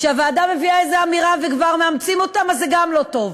כשהוועדה מביאה איזו אמירה וכבר מאמצים אותה אז זה לא טוב.